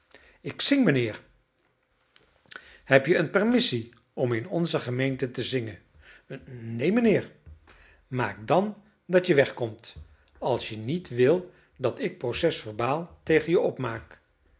ik zing mijnheer heb-je een permissie om in onze gemeente te zingen neen mijnheer maak dan dat je weg komt als je niet wil dat ik proces-verbaal tegen je opmaak